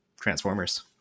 Transformers